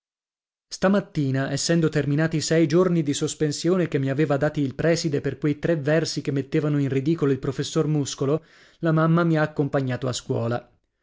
stamattina essendo terminati i sei giorni di sospensione che mi aveva dati il prèside per quei tre versi che mettevano in ridicolo il professor muscolo la mamma mi ha accompagnato a scuola